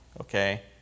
okay